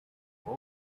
old